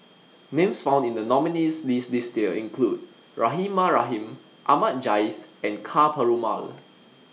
Names found in The nominees' list This Year include Rahimah Rahim Ahmad Jais and Ka Perumal